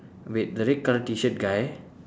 wait the red colour T-shirt guy